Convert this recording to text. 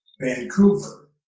Vancouver